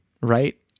right